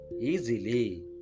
easily